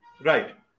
Right